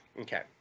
Okay